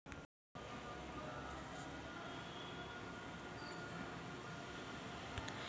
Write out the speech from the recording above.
chrysanthemum हे एक अतिशय सुंदर सजावटीचे फुलांचे झाड आहे